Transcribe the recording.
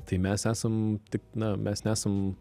tai mes esam tik na mes nesam